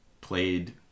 played